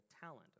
talent